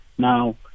Now